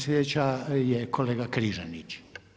Sljedeća je, kolega Križanić.